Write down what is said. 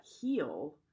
heal